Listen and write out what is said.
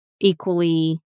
equally